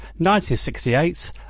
1968